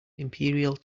imperial